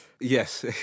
yes